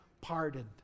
pardoned